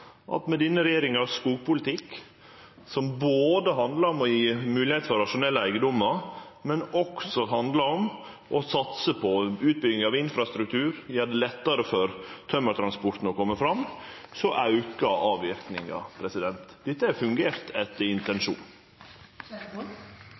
at med denne regjeringa sin skogpolitikk, som handlar både om å gje moglegheit for rasjonelle eigedommar og om å satse på utbygging av infrastruktur og gjere det lettare for tømmertransporten å kome fram, aukar avverkinga. Dette har fungert etter